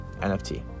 NFT